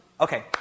Okay